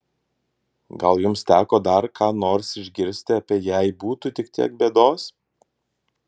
gal jums teko dar ką nors išgirsti apie jei būtų tik tiek bėdos